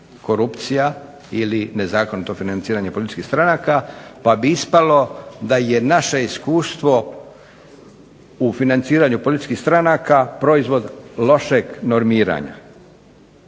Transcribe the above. korupcija ili nezakonito financiranje političkih stranaka pa bi ispalo da je naše iskustvo u financiranju političkih stranaka proizvod lošeg normiranja.